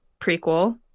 prequel